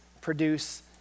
produce